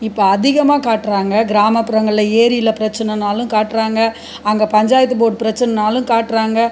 இப்போ அதிகமாக காட்டுறாங்க கிராமப்புறங்களில் ஏரியில் பிரச்சினன்னாலும் காட்டுறாங்க அங்கே பஞ்சாயத்து போர்ட் பிரச்சினன்னாலும் காட்டுறாங்க